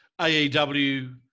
AEW